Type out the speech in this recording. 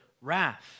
wrath